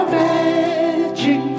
magic